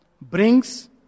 brings